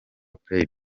play